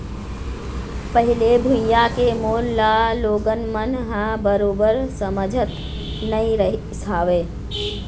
पहिली भुइयां के मोल ल लोगन मन ह बरोबर समझत नइ रहिस हवय